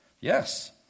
Yes